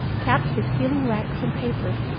capped with sealing wax and paper,